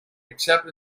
except